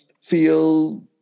feel